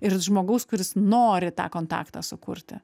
ir žmogaus kuris nori tą kontaktą sukurti